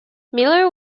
miller